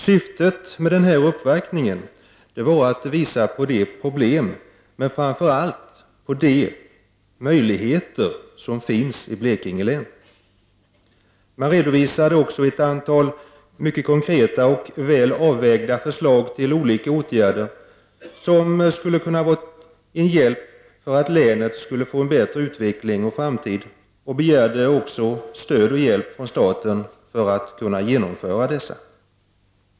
Syftet med uppvaktningen var att visa på de problem — men framför allt på de möjligheter — som finns i Blekinge län. Man redovisade också ett antal konkreta och väl avvägda förslag till åtgärder som skulle kunna vara en hjälp för att ge länet en bättre utveckling och framtid. Man begärde stöd och hjälp från staten för att kunna genomföra detta.